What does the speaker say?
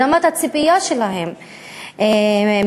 ברמת הציפייה שלהן מעצמן.